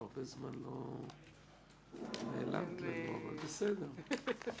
נעלמת לנו, אבל בסדר.